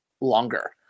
longer